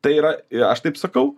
tai yra i aš taip sakau